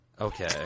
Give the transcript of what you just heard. Okay